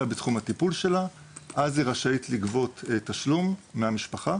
בתחום הטיפול שלה אז היא רשאית לגבות תשלום מהמשפחה